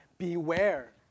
beware